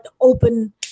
open